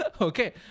Okay